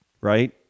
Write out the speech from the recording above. right